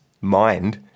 mind